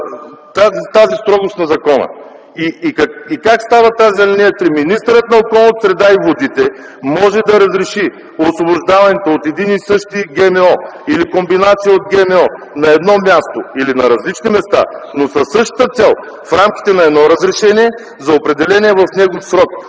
тази строгост на закона. Как ще стане текстът на тази ал. 3? „(3) Министърът на околната среда и водите може да разреши освобождаването от един и същи ГМО или комбинация от ГМО на едно място или на различни места, но със същата цел” - в рамките на - „с едно разрешение, за определения в него срок,